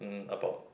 about